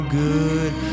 good